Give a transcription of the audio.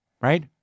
Right